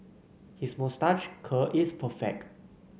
his moustache curl is perfect